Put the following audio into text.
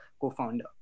co-founder